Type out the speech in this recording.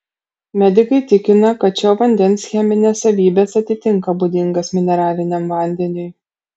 medikai tikina kad šio vandens cheminės savybės atitinka būdingas mineraliniam vandeniui